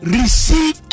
receive